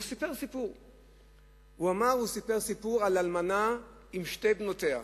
הוא סיפר סיפור על אלמנה ושתי בנותיה,